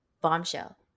bombshell